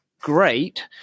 Great